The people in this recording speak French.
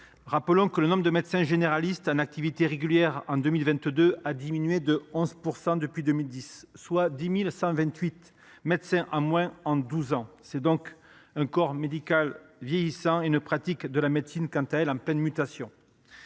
en effet que le nombre de médecins généralistes en activité régulière en 2022 a diminué de 11 % depuis 2010, soit 10 128 médecins de moins en douze ans. Nous faisons donc face à un corps médical vieillissant et à une pratique de la médecine quant à elle en pleine mutation.